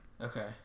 Okay